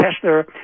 Tesla